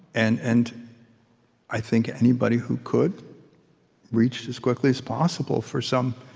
and and i think anybody who could reached as quickly as possible for some